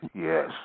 yes